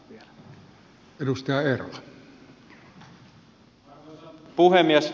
arvoisa puhemies